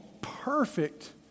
perfect